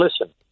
listen